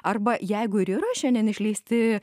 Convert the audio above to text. arba jeigu ir yra šiandien išleisti